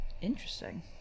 Interesting